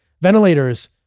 ventilators